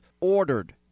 ordered